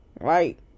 right